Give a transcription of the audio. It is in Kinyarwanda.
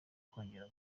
kongera